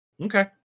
Okay